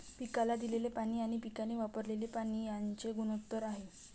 पिकाला दिलेले पाणी आणि पिकाने वापरलेले पाणी यांचे गुणोत्तर आहे